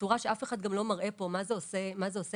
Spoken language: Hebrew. ובצורה שגם אף אחד לא מראה מה זה עושה למשק.